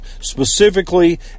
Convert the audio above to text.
specifically